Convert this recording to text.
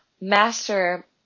master